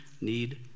need